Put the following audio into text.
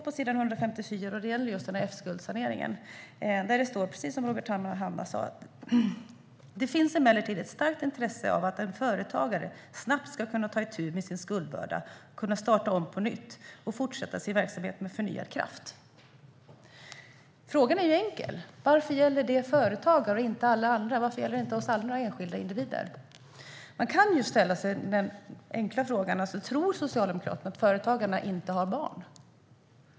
På s. 154 står det om F-skuldsaneringen: "Det finns emellertid ett starkt intresse av att en företagare snabbt ska kunna ta itu med sin skuldbörda och kunna starta om på nytt eller fortsätta sin verksamhet med förnyad kraft." Varför gäller detta företagare och inte alla andra? Varför gäller det inte oss andra enskilda individer? Tror Socialdemokraterna att företagarna inte har barn?